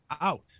out